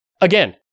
Again